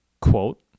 Quote